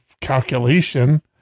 calculation